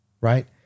Right